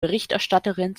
berichterstatterin